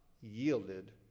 yielded